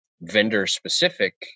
vendor-specific